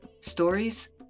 stories